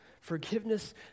Forgiveness